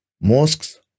mosques